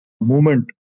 movement